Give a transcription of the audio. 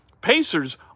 Pacers